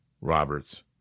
Roberts